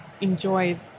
enjoy